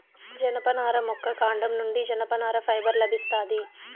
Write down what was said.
జనపనార మొక్క కాండం నుండి జనపనార ఫైబర్ లభిస్తాది